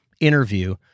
interview